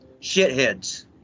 Shitheads